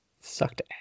Sucked